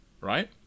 right